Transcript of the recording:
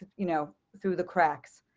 you know, through the cracks.